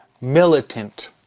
militant